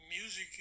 music